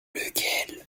lequel